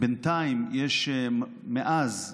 בינתיים מאז,